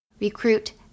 recruit